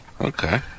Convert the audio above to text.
Okay